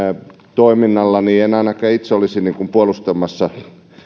toiminnalla olisi puolustelemassa